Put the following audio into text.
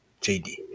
JD